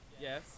Yes